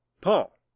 Paul